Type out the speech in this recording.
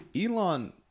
Elon